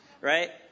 right